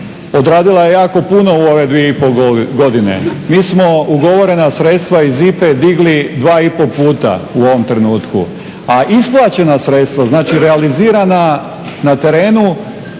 odradila je jako puno u ove dvije i pol godine. Mi smo ugovorena sredstva iz IPA-e digli 2,5 puta u ovom trenutku, a isplaćena sredstva, znači realizirana na terenu,